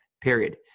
period